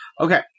Okay